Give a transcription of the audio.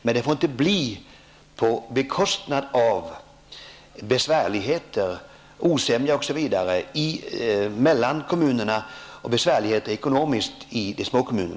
Men den får inte bli på bekostnad av besvärligheter, osämja osv. mellan kommuner och ekonomiska besvärligheter i små kommuner.